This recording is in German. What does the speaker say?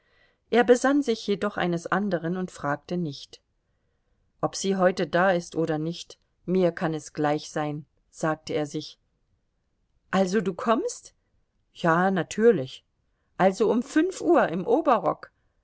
er besann sich jedoch eines andern und fragte nicht ob sie heute da ist oder nicht mir kann es gleich sein sagte er sich also du kommst ja natürlich also um fünf uhr im oberrock